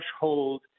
threshold